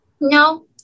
no